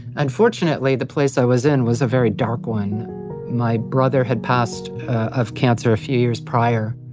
unfortunately, the place i was in was a very dark one my brother had passed of cancer a few years prior.